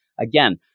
Again